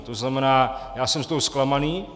To znamená, já jsem z toho zklamaný.